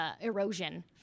erosion